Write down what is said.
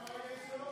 את יודעת